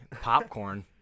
popcorn